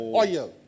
oil